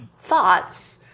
thoughts